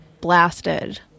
blasted